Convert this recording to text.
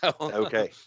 Okay